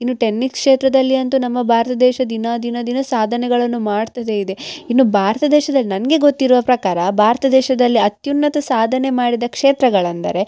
ಇನ್ನು ಟೆನ್ನಿಕ್ ಕ್ಷೇತ್ರದಲ್ಲಿ ಅಂತು ನಮ್ಮ ಭಾರತ ದೇಶ ದಿನ ದಿನ ದಿನ ಸಾಧನೆಗಳನ್ನು ಮಾಡ್ತದೆ ಇದೆ ಇನ್ನು ಭಾರತ ದೇಶದಲ್ಲಿ ನನಗೆ ಗೊತ್ತಿರುವ ಪ್ರಕಾರ ಭಾರತ ದೇಶದಲ್ಲಿ ಅತ್ಯುನ್ನತ ಸಾಧನೆ ಮಾಡಿದ ಕ್ಷೇತ್ರಗಳಂದರೆ